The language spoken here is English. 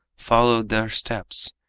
followed their steps,